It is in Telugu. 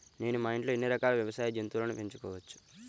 నేను మా ఇంట్లో ఎన్ని రకాల వ్యవసాయ జంతువులను పెంచుకోవచ్చు?